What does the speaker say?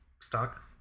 stock